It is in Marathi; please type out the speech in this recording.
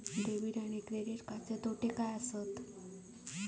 डेबिट आणि क्रेडिट कार्डचे तोटे काय आसत तर?